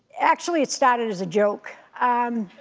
actually it started as a joke.